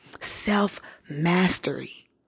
self-mastery